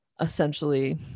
essentially